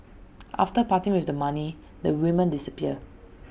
after parting with the money the women disappear